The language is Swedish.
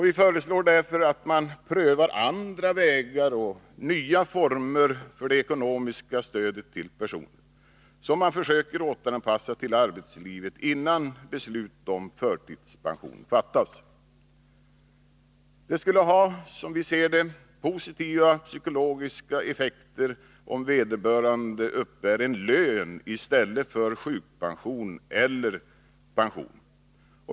Vi föreslår därför att man prövar andra vägar och nya former för det ekonomiska stödet till personer som man försöker återanpassa till arbetslivet, innan beslut om förtidspension fattas. Det skulle, som vi ser det, ha positiva psykologiska effekter, om vederbörande uppbar en lön i stället för sjukpension eller pension.